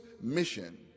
mission